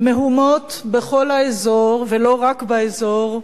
מהומות בכל האזור, ולא רק באזור,